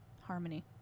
harmony